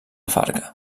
farga